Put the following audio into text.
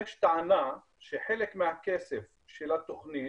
יש טענה שחלק מהכסף של התוכנית,